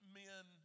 men